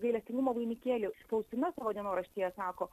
gailestingumo vainikėlį faustina savo dienoraštyje sako